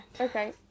Okay